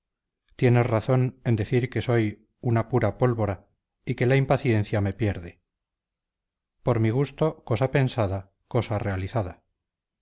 tienes razón en decir que soy una pura pólvora y que la impaciencia me pierde por mi gusto cosa pensada cosa realizada